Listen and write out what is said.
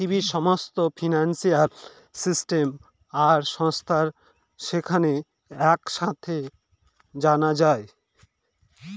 পৃথিবীর সমস্ত financial system আর সংস্থা যেখানে এক সাঙে জানা যায়